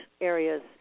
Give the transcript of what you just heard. areas